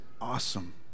awesome